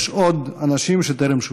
יש עוד אנשים שטרם שובצו.